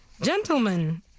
Gentlemen